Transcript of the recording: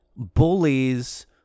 bullies